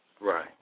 Right